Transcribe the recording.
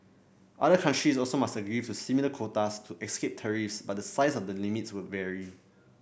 other countries also must agree to similar quotas to escape tariffs but the size of the limits would vary